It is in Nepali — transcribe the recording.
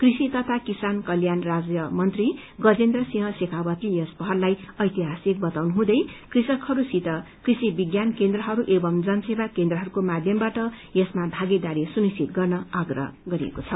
कृषि तथा किसान कल्याण राज्यमन्त्री गजेन्द्र सिंह श्रेखावतले यस पहललाई ऐतिझसिक वताउनु हुँदै कृषिकहस्सित कृषि विज्ञान केन्द्रहरू एवं जनसेवा केन्द्रहरूको माध्यमबाट यसमा भागीदारी सुनिश्चित गर्न आप्रह गरिएको छ